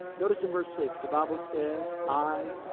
notice in verse six. the bible says, i,